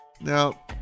Now